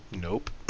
Nope